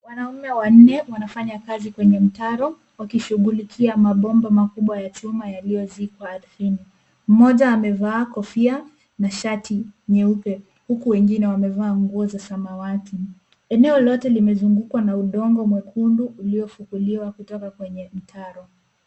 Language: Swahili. Wanaume wanne wanafanya kazi kwenye mtaro wakishughulika mabomba makubwa ya chuma yaliyozikwa ardhini. Mmoja amevaa kofia na shati nyeupe huku wengine wamevaa nguo za samawati. Eneo lote limezungukwa na udongo mwekundu uliyovukuliwa kutoka kwenye mtaro.